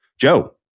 Joe